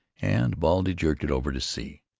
and baldy jerked it over to see.